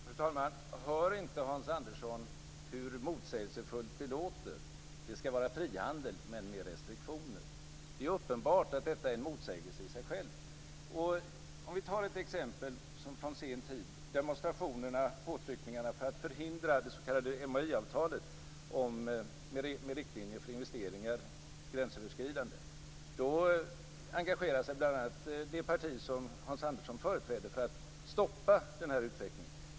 Fru talman! Hör inte Hans Andersson hur motsägelsefullt det låter? Det ska alltså vara frihandel men med restriktioner. Det är uppenbart att detta i sig är en motsägelse. Vi kan ta ett exempel från sen tid, nämligen demonstrationerna och påtryckningarna för att förhindra det s.k. MAI-avtalet med riktlinjer för investeringar, gränsöverskridande. Då engagerade sig bl.a. det parti som Hans Andersson företräder för att stoppa den här utvecklingen.